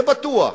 זה בטוח.